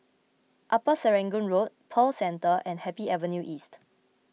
Upper Serangoon Road Pearl Centre and Happy Avenue East